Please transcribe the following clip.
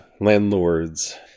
landlords